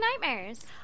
nightmares